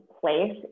place